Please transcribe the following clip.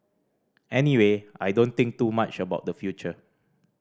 anyway I don't think too much about the future